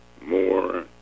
more